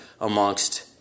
amongst